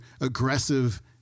aggressive